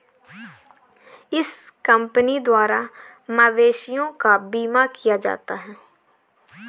इस कंपनी द्वारा मवेशियों का बीमा किया जाता है